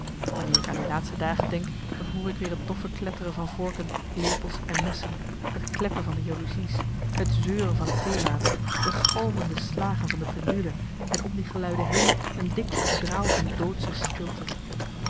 wanneer ik aan die laatste dagen denk dan hoor ik weer het doffe kletteren van vorken lepels en messen het kleppen van de jaloezies het zeuren van het theewater de galmende slagen van de pendule en om die geluiden heen een dik foedraal van doodsche stilte